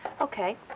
Okay